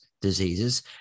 diseases